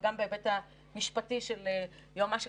ואני לקחתי בחשבון את ימי החג,